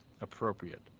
appropriate